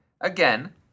Again